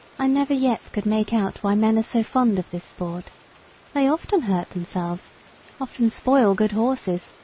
i never yet could make out why men are so fond of this sport they often hurt themselves often spoil good horses,